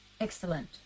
Excellent